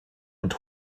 und